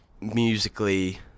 musically